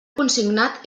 consignat